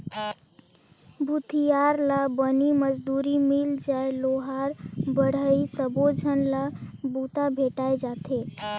भूथियार ला बनी मजदूरी मिल जाय लोहार बड़हई सबो झन ला बूता भेंटाय जाथे